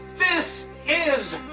this is